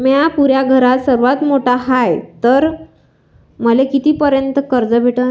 म्या पुऱ्या घरात सर्वांत मोठा हाय तर मले किती पर्यंत कर्ज भेटन?